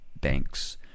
banks